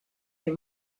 des